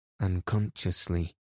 Unconsciously